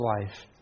life